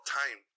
time